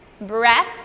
Breath